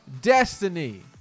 destiny